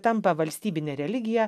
tampa valstybine religija